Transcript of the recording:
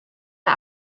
der